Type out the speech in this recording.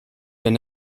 wenn